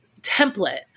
template